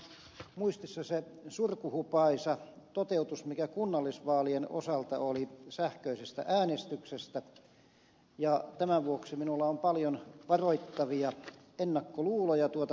meillä on muistissa se surkuhupaisa toteutus mikä kunnallisvaalien osalta oli sähköisessä äänestyksessä ja tämän vuoksi minulla on paljon varoittavia ennakkoluuloja tuota kohtaan